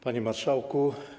Panie Marszałku!